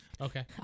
Okay